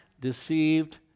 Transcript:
deceived